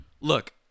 Look